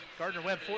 Gardner-Webb